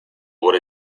what